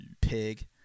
Pig